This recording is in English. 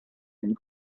and